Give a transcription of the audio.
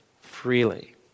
freely